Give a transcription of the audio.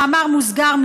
במאמר מוסגר,